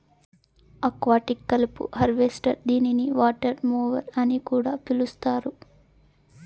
aquatic కలుపు harvester దీనిని water mower అని కూడా పిలుస్తారు